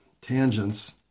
tangents